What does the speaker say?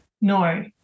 no